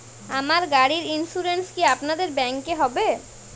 আমার গাড়ির ইন্সুরেন্স কি আপনাদের ব্যাংক এ হবে?